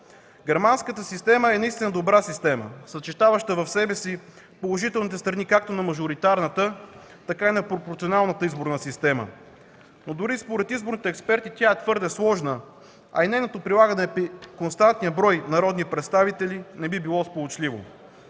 Германската система е наистина добра, съчетаваща в себе си положителните страни както на мажоритарната, така и на пропорционалната изборна система. Според изборните експерти обаче тя е твърде сложна, а и нейното прилагане при константния брой народни представители не би било сполучливо.